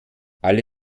alle